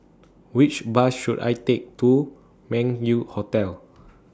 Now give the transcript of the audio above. Which Bus should I Take to Meng Yew Hotel